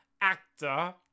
actor